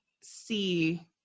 see